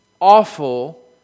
awful